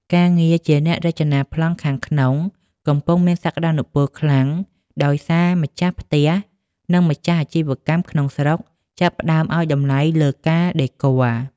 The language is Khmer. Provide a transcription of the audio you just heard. ការងារជាអ្នករចនាប្លង់ខាងក្នុង កំពុងមានសក្ដានុពលខ្លាំង ដោយសារម្ចាស់ផ្ទះ និងម្ចាស់អាជីវកម្មក្នុងស្រុក ចាប់ផ្ដើមឱ្យតម្លៃលើការដេគ័រ។